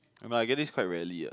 but I get this quite rarely ah